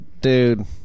dude